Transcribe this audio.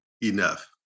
enough